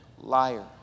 liar